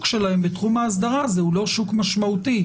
שלהן בתחום האסדרה הוא לא שוק משמעותי.